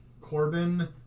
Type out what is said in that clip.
Corbin